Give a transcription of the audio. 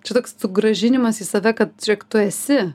čia toks sugrąžinimas į save kad žėk tu esi